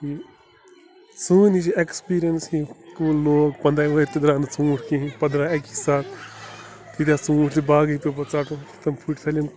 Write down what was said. سٲنۍ یُس یہِ اٮ۪کٕسپیٖریَنٕس یہِ کُل لوگ پنٛدہاے وٕہٕرۍ تہِ درٛاو نہٕ ژوٗنٛٹھ کِہیٖنۍ پتہٕ درٛاو اَکی ساتہٕ تیٖتیٛاہ ژوٗنٛٹھۍ تہِ باغٕے پیوٚو پَتہٕ ژٹُن تِم پھٕٹۍ سٲلِم